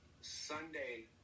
Sunday